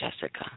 Jessica